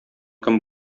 кем